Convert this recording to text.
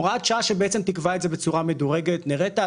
הוראת שעה שבעצם תקבע את זה בצורה מדורגת